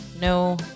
No